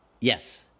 Yes